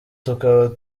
tukaba